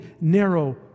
narrow